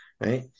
right